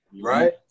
right